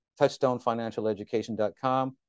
Touchstonefinancialeducation.com